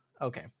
Okay